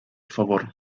favor